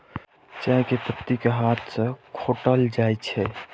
चाय के पत्ती कें हाथ सं खोंटल जाइ छै